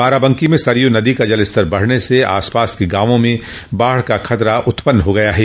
बाराबंकी में सरयू नदी का जलस्तर बढ़ने से आसपास के गांवों में बाढ़ का खतरा उत्पन्न हो गया है